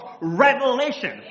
revelation